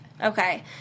Okay